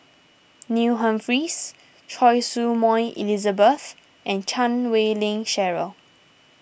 Neil Humphreys Choy Su Moi Elizabeth and Chan Wei Ling Cheryl